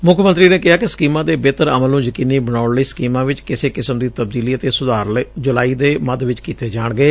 ਮੁੱਖ ਮੰਤਰੀ ਨੇ ਕਿਹਾ ਕਿ ਸਕੀਮਾਂ ਦੇ ਬੇਹਤਰ ਅਮਲ ਨੂੰ ਯਕੀਨੀ ਬਣਾਉਣ ਲਈ ਸਕੀਮਾਂ ਵਿਚ ਕਿਸੇ ਕਿਸਮ ਦੀ ਤਬਦੀਲੀ ਅਤੇ ਸੁਧਾਰ ਜੁਲਾਈ ਦੇ ਮੱਧ ਵਿਚ ਕੀਤੇ ਜਾਣਗੇ